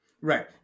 Right